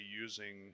using